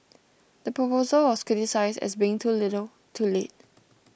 the proposal was criticised as being too little too late